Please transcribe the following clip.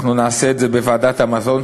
אנחנו נעשה את זה בוועדת המזון,